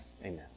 amen